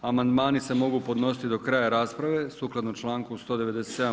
Amandmani se mogu podnositi do kraja rasprave sukladno članku 197.